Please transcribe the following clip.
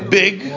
big